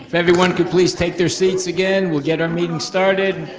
everyone could please take their seats again, we'll get our meeting started.